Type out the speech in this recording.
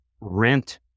rent